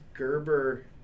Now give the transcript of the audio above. Gerber